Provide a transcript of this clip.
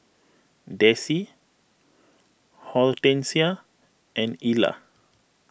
Dessie Hortensia and Ila